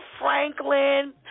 Franklin